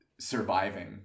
Surviving